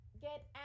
get